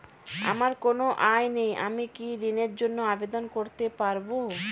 আমার কোনো আয় নেই আমি কি ঋণের জন্য আবেদন করতে পারব?